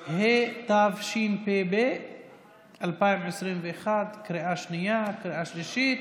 6), התשפ"ב 2021, לקריאה שנייה וקריאה שלישית.